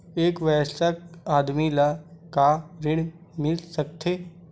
एक वयस्क आदमी ल का ऋण मिल सकथे?